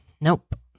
nope